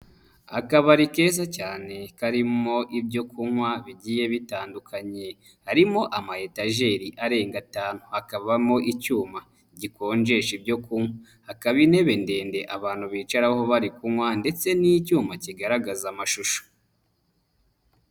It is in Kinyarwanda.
Akabari keza cyane karimo ibyo kunywa bigiye bitandukanye, harimo amayetajeri arenga atanu hakabamo icyuma gikonjesha ibyo kunywa, hakaba intebe ndende abantu bicaraho bari kunywa ndetse n'icyuma kigaragaza amashusho.